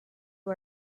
who